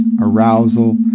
arousal